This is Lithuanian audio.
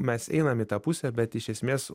mes einam į tą pusę bet iš esmės